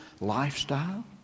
lifestyle